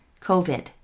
COVID